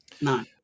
Nine